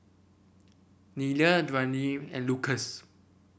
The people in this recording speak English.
Nelia Dwaine and Lucas